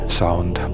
sound